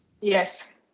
yes